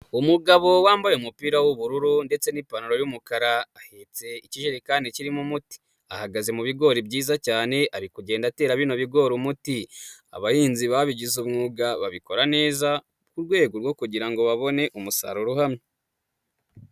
Umugabo wambaye umupira w'ubururu ndetse n'ipantaro yumukara, ahetse ikijerekani kirimo umuti, ahagaze mu bigori byiza cyane, ari kugenda atera bino bigori umuti. Abahinzi babigize umwuga, babikora neza, ku rwego rwo kugira ngo babone umusaruro uhamye.